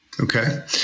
Okay